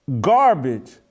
garbage